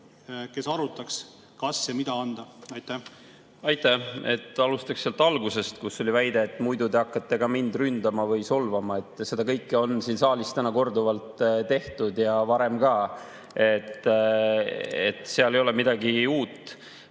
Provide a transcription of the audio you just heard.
otsustada], kas ja mida anda. Ma alustaksin sealt algusest, kus oli väide, et muidu te hakkate ka mind ründama või solvama. Seda kõike on siin saalis täna korduvalt tehtud ja varem ka, selles ei ole midagi uut.